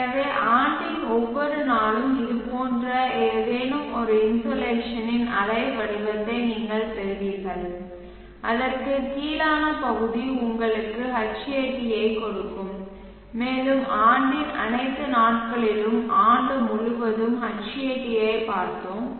எனவே ஆண்டின் ஒவ்வொரு நாளும் இதுபோன்ற ஏதேனும் ஒரு இன்சோலேஷனின் அலை வடிவத்தை நீங்கள் பெறுவீர்கள் அதற்குக் கீழான பகுதி உங்களுக்கு Hatயைக் கொடுக்கும் மேலும் ஆண்டின் அனைத்து நாட்களிலும் ஆண்டு முழுவதும் Hatயைப் பார்த்தோம்